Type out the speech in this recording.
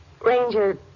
Ranger